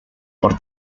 por